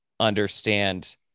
understand